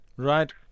Right